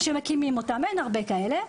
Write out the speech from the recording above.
ואין הרבה כאלה,